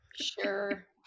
Sure